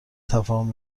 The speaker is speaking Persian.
تفاهم